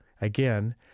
Again